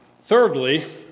thirdly